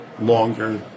longer